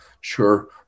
sure